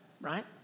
Right